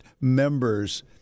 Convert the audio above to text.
members